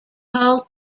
called